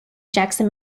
jackson